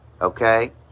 Okay